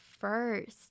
first